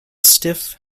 stiff